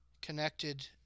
connected